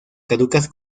caducas